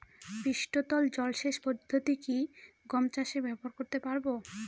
পৃষ্ঠতল জলসেচ পদ্ধতি কি গম চাষে ব্যবহার করতে পারব?